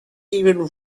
even